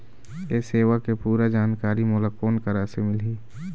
ये सेवा के पूरा जानकारी मोला कोन करा से मिलही?